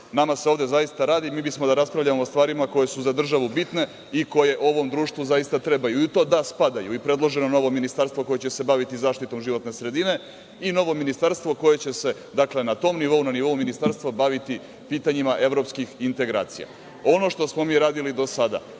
Nama se ovde zaista radi, mi bismo da raspravljamo o stvarima koje su za državu bitne i koje ovom društvu zaista trebaju. U to da spadaju i predloženo novo ministarstvo koje će baviti zaštitom životne sredine i novo ministarstvo koje će se, dakle, na tom nivou, nivou ministarstva, baviti pitanjima evropskih integracija. Ono što smo mi radili do sada